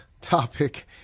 topic